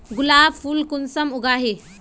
गुलाब फुल कुंसम उगाही?